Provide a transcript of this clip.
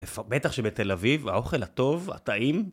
בטח שבתל אביב האוכל הטוב, הטעים